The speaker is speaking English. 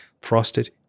frosted